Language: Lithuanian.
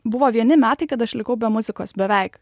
buvo vieni metai kada aš likau be muzikos beveik